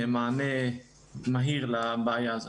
מענה מהיר לבעיה הזאת.